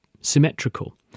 symmetrical